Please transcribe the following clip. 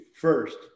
First